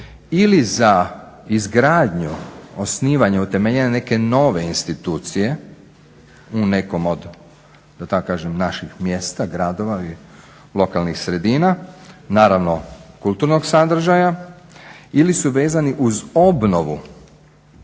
ili za izgradnju osnivanja utemeljene neke nove institucije u nekom od da tako kažem naših mjesta, gradova ili lokalnih sredina naravno kulturnog sadržaja ili su vezani uz obnovu